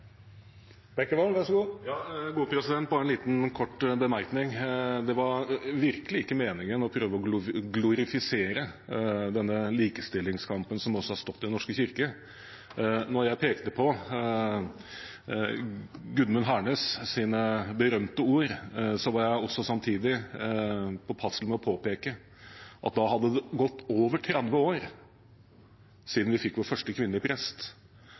en kort bemerkning: Det var virkelig ikke meningen å prøve å glorifisere likestillingskampen, som også har pågått i Den norske kirke. Da jeg pekte på Gudmund Hernes’ berømte ord, var jeg samtidig påpasselig med å påpeke at da hadde det gått over 30 år siden vi fikk vår første kvinnelige prest, og kvinneprestspørsmålet er jo blitt heftig diskutert i